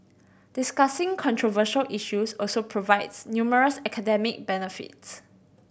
discussing controversial issues also provides numerous academic benefits